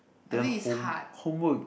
then home homework